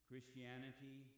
Christianity